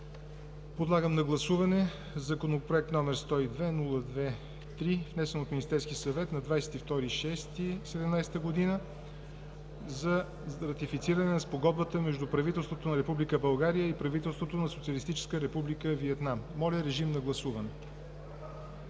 Подлагам на гласуване Законопроект № 702-02-3, внесен от Министерския съвет на 22 юни 2017 г. за ратифициране на Спогодбата между правителството на Република България и правителството на Социалистическа Република Виетнам. Моля, режим на гласуване.